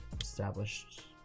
established